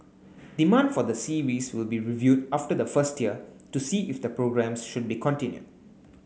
demand for the series will be reviewed after the first year to see if the programmes should be continued